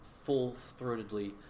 full-throatedly